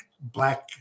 black